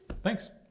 Thanks